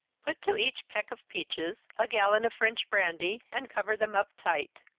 put to each peck of peaches a gallon of french brandy, and cover them up tight.